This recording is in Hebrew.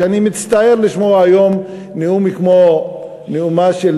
אני הצטערתי לשמוע היום נאום כמו נאומה של